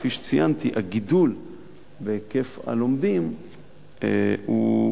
כפי שציינתי, הגידול בהיקף הלומדים בוודאי